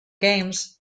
games